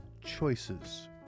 choices